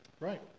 Right